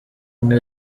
umwe